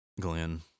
Glenn